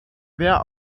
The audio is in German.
wer